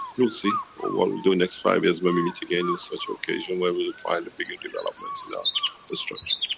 we'll see, or what we'll do next five years when we meet again in such a occasion where we'll find a bigger development and in structure.